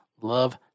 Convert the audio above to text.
Love